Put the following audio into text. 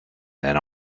then